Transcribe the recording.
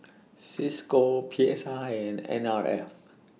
CISCO P S I and N R F